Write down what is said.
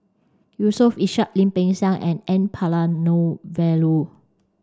Yusof Ishak Lim Peng Siang and N Palanivelu